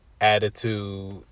attitude